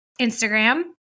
Instagram